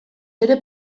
bere